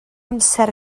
amser